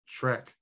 Shrek